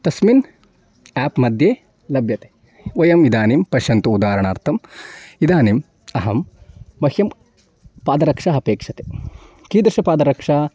तस्मिन् एप् मध्ये लभ्यते वयम् इदानीं पश्यन्तु उदाहरणार्थम् इदानीम् अहं मह्यं पादरक्षा अपेक्ष्यते कीदृशपादरक्षा